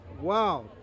Wow